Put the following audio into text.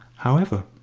however,